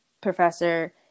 professor